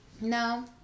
no